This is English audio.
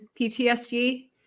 PTSD